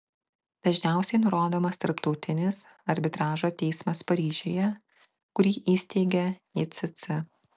dažniausiai nurodomas tarptautinis arbitražo teismas paryžiuje kurį įsteigė icc